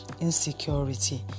insecurity